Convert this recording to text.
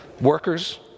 workers